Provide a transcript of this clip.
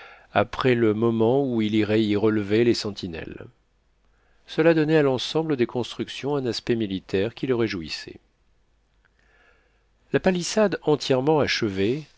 après le moment où il irait y relever les sentinelles cela donnait à l'ensemble des constructions un aspect militaire qui le réjouissait la palissade entièrement achevée